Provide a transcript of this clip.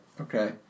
Okay